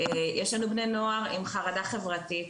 יש לנו בני נוער עם חרדה חברתית,